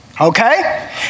Okay